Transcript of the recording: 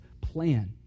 plan